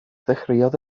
ddechreuodd